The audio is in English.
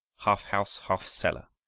half house, half cellar,